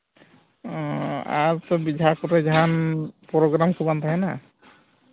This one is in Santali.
ᱚ ᱟᱨ ᱥᱩᱵᱤᱫᱷᱟ ᱠᱚᱫᱚ ᱡᱟᱦᱟᱱ ᱯᱨᱳᱜᱽᱨᱟᱢ ᱠᱚ ᱵᱟᱝ ᱛᱟᱦᱮᱱᱟ